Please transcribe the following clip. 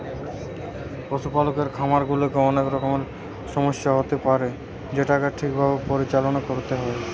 পশুপালকের খামার গুলাতে অনেক রকমের সমস্যা হতে পারে যেটোকে ঠিক ভাবে পরিচালনা করতে হয়